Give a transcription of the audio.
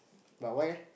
but why leh